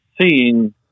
seeing